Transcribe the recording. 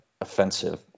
offensive